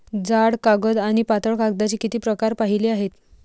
जाड कागद आणि पातळ कागदाचे किती प्रकार पाहिले आहेत?